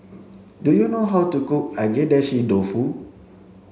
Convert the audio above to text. do you know how to cook Agedashi Dofu